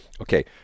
Okay